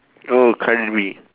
oh cardi B